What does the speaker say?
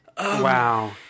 Wow